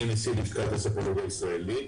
נשיא לשכת הספנות הישראלית.